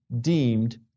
deemed